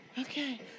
Okay